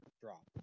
drop